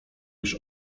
już